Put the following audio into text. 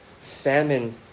famine